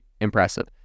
impressive